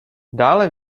dále